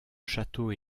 château